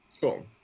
Cool